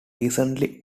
recently